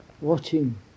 watching